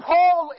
Paul